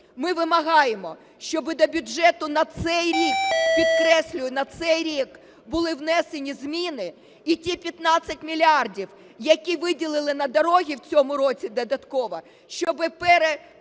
Ми вимагаємо, щоби до бюджету на цей рік (підкреслюю, на цей рік) були внесені зміни, і ті 15 мільярдів, які виділили на дороги в цьому році додатково, щоби перенаправили